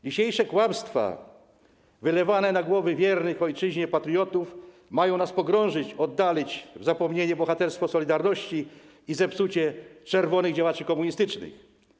Dzisiejsze kłamstwa wylewane na głowy wiernych ojczyźnie patriotów mają nas pogrążyć, oddalić w zapomnienie bohaterstwo „Solidarności” i zepsucie czerwonych działaczy komunistycznych.